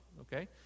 okay